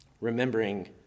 Remembering